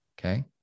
Okay